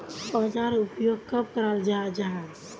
औजार उपयोग कब कराल जाहा जाहा?